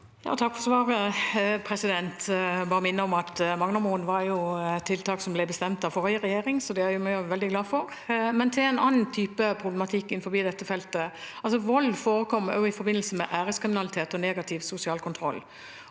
Takk for svaret. Jeg vil minne om at Magnormoen var et tiltak som ble bestemt av forrige regjering, så det er vi veldig glade for. Til en annen type problematikk innen dette feltet: Vold forekommer også i forbindelse med æreskriminalitet og negativ sosial kontroll.